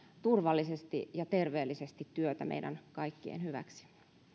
turvallisesti ja terveellisesti työtä meidän kaikkien hyväksi